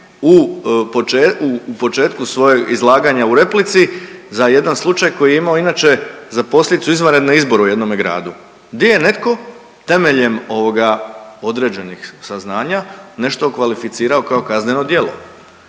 u početku svog izlaganja u replici za jedan slučaj koji je imao inače za posljedicu izvanredne izbore u jednome gradu, di je netko temeljem određenih saznanja nešto okvalificirao kao kazneno djelo.